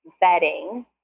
bedding